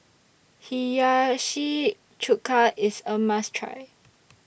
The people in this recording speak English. Hiyashi Chuka IS A must Try